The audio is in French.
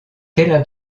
quelle